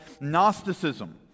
Gnosticism